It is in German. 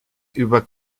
über